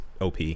OP